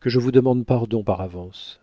que je vous demande pardon par avance